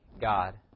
God